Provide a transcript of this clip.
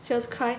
she was crying